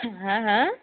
হা হা